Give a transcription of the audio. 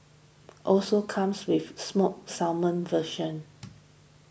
also comes with smoked salmon version